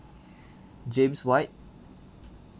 james white